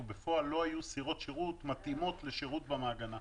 ובפועל לא היו סירות שירות מתאימות לשירות במעגנה.